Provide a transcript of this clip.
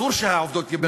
אסור שהעובדות יבלבלו אותו.